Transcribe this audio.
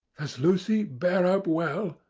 does lucy bear up well?